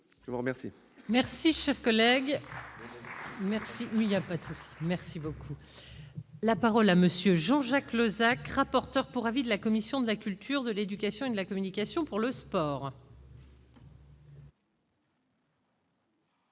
je vous remercie